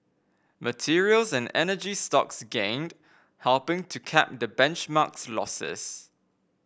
materials and energy stocks gained helping to cap the benchmark's losses